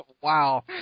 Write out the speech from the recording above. Wow